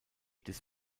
des